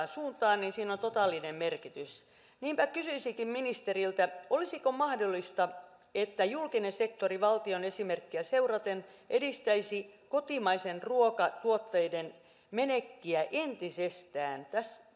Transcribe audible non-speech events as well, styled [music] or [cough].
[unintelligible] suuntaan niin sillä on totaalinen merkitys niinpä kysyisinkin ministeriltä olisiko mahdollista että julkinen sektori valtion esimerkkiä seuraten edistäisi kotimaisten ruokatuotteiden menekkiä entisestään